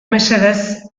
mesedez